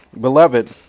beloved